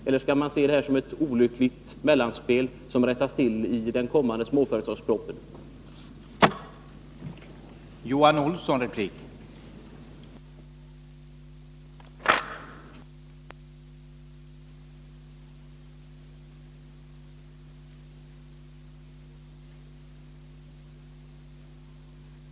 Eller skall detta ses som ett olyckligt mellanspel, som rättas till i den kommande småföretagarpropositionen?